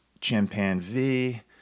chimpanzee